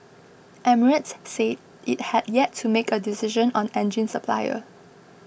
emirates said it had yet to make a decision on engine supplier